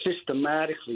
systematically